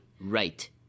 right